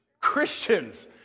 Christians